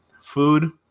food